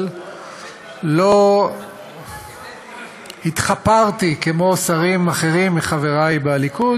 אבל לא התחפרתי כמו שרים אחרים מחברי בליכוד